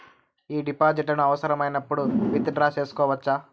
ఈ డిపాజిట్లను అవసరమైనప్పుడు విత్ డ్రా సేసుకోవచ్చా?